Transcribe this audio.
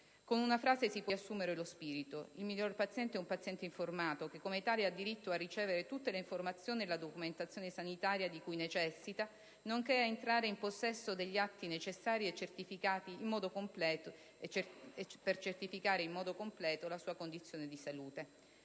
Con una frase si può riassumerne lo spirito: il miglior paziente è un paziente informato che, come tale, ha diritto a ricevere tutte le informazioni e la documentazione sanitaria di cui necessita, nonché ad entrare in possesso degli atti necessari a certificare in modo completo la sua condizione di salute.